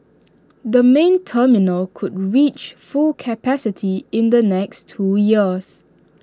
the main terminal could reach full capacity in the next two years